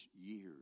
years